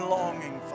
longing